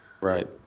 Right